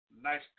Nice